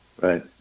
right